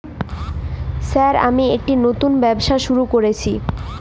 Sir আমি একটি নতুন ব্যবসা শুরু করেছি?